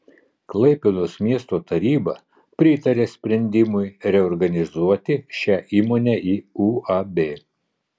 klaipėdos miesto taryba pritarė sprendimui reorganizuoti šią įmonę į uab